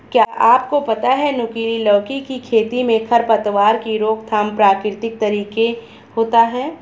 क्या आपको पता है नुकीली लौकी की खेती में खरपतवार की रोकथाम प्रकृतिक तरीके होता है?